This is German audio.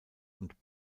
und